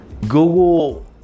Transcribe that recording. Google